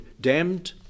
damned